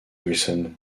wilson